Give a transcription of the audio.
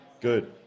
Good